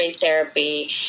Therapy